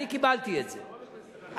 אני קיבלתי את זה,